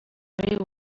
well